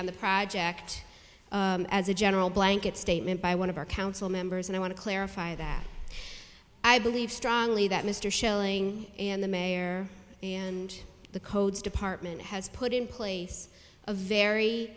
on the project as a general blanket statement by one of our council members and i want to clarify that i believe strongly that mr schilling and the mayor and the code's department has put in place a very